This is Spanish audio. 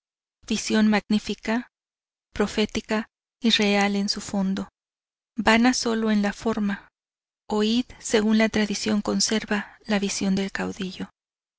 visión magnifica profética y real en su fondo vana solo en la forma oíd según la tradición conserva la visión del caudillo